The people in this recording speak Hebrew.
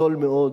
זול מאוד.